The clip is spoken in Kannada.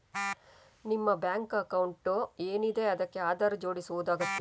ನಿಮ್ಮ ಬ್ಯಾಂಕ್ ಅಕೌಂಟ್ ಏನಿದೆ ಅದಕ್ಕೆ ಆಧಾರ್ ಜೋಡಿಸುದು ಅಗತ್ಯ